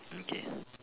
okay